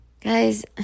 guys